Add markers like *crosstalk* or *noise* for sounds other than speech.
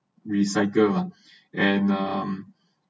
recycle ah *breath* and um